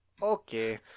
Okay